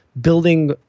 building